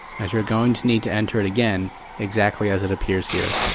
as you're going to need to enter it again exactly as it appears here.